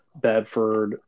Bedford